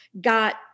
got